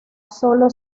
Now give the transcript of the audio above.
sólo